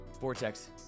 Vortex